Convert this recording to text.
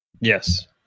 Yes